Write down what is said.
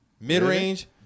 Mid-range